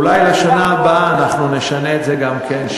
אולי לשנה הבאה נשנה את זה גם כן.